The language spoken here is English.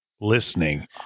listening